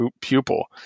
pupil